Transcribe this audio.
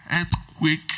earthquake